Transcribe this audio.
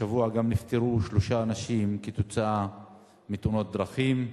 השבוע גם נפטרו שלושה אנשים בגלל תאונות דרכים.